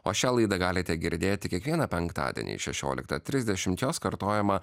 o šią laidą galite girdėti kiekvieną penktadienį šešioliktą trisdešimt jos kartojimą